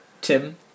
Tim